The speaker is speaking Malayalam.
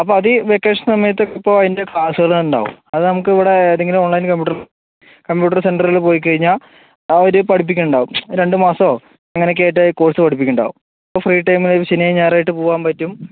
അപ്പം അത് ഈ വെക്കേഷൻ സമയത്ത് ഇപ്പോൾ അതിന്റെ ക്ലാസ്സുകൾ ഉണ്ടാവും അത് നമുക്ക് ഇവിടെ ഏതെങ്കിലും ഓൺലൈൻ കമ്പ്യൂട്ടർ കമ്പ്യൂട്ടർ സെൻ്ററിൽ പോയി കഴിഞ്ഞാൽ അവർ പഠിപ്പിക്കുന്നുണ്ടാവും രണ്ട് മാസമോ അങ്ങനെ ഒക്കെ ആയിട്ട് കോഴ്സ് പഠിപ്പിക്കുന്നുണ്ടാവും അപ്പോൾ ഫ്രീ ടൈം ശനിയും ഞായറും ആയിട്ട് പോവാൻ പറ്റും